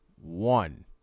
One